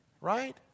right